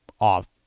off